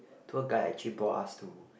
tour guide actually brought us to